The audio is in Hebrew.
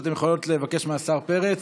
אתן יכולות לבקש מהשר פרץ,